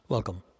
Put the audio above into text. Welcome